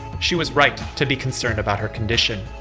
she was right to be concerned about her condition.